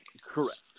Correct